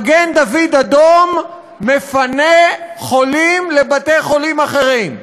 מגן-דוד-אדום מפנה חולים לבתי-חולים אחרים.